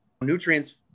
nutrients